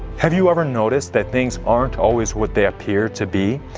have you ever noticed that things aren't always what they appear to be?